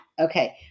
Okay